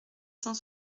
cent